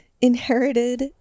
inherited